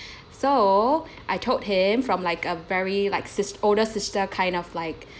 so I told him from like a very like sis~ older sister kind of like